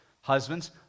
Husbands